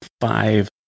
five